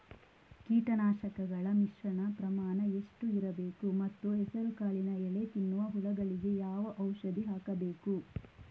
ಕೀಟನಾಶಕಗಳ ಮಿಶ್ರಣ ಪ್ರಮಾಣ ಎಷ್ಟು ಇರಬೇಕು ಮತ್ತು ಹೆಸರುಕಾಳಿನ ಎಲೆ ತಿನ್ನುವ ಹುಳಗಳಿಗೆ ಯಾವ ಔಷಧಿ ಹಾಕಬೇಕು?